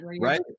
right